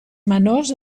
menors